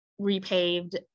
repaved